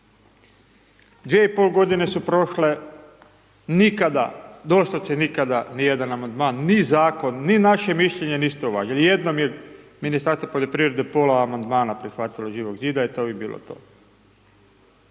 zakon. 2,5 godine su prošle nikada, doslovce nikada ni jedan amandman, ni zakon, ni naše mišljenje niste uvažili. Jednom je Ministarstvo poljoprivrede pola amandmana prihvatilo Živog zida i to bi bilo to.